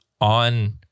on